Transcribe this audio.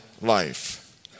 life